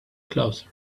closer